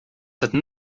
cette